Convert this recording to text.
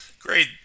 Great